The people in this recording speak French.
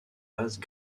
vases